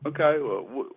Okay